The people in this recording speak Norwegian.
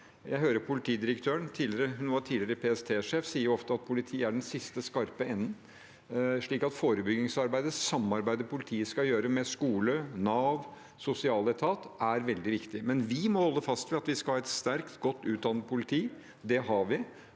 Jeg hører politidirektøren, tidligere PST-sjef, ofte si at politiet er den siste skarpe enden, så forebyggingsarbeidet – samarbeidet politiet skal gjøre med skole, Nav, sosialetat – er veldig viktig. Men vi må holde fast ved at vi skal ha et sterkt, godt utdannet politi – det har vi